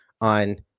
on